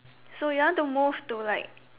so you want to move to like